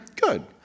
good